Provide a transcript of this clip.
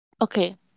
Okay